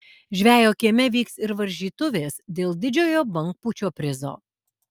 žvejo kieme vyks ir varžytuvės dėl didžiojo bangpūčio prizo